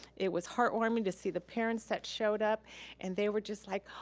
it was heartwarming to see the parents that showed up and they were just like,